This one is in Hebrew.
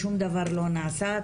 שום דבר לא נעשה,